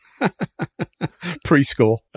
Preschool